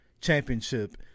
Championship